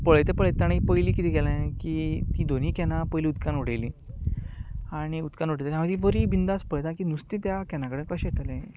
पळयता पळयता तांणी पयलीं कितें केलें की तीं दोनूय कॅनां पयलीं उदकांत उडयलीं आनी उदकांत उडयतना मागीर बरी बिंदास पळयता की नुस्तें त्या कॅना कडेन कशें येतलें